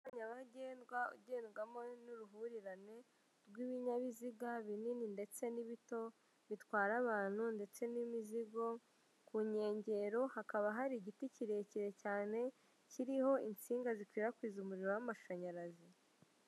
Umuhanda nyabagendwa ugendwamo n'uruhurirane rw'ibinyabiziga binini ndetse n'ibito; bitwara abantu ndetse n'imizigo, ku nkengero hakaba hari igiti kirekire cyane kiriho insinga zikwirakwiza umuriro w'amashanyarazi.